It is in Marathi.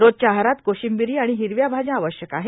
रोजच्या आहारात कोशिबीरी आणि हिरव्या भाज्या आवश्यक आहेत